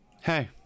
Hey